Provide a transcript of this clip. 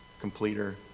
completer